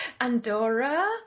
Andorra